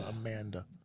Amanda